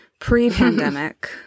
pre-pandemic